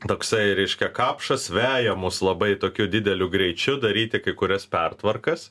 toksai reiškia kapšas veja mus labai tokiu dideliu greičiu daryti kai kurias pertvarkas